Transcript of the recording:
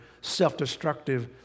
self-destructive